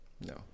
No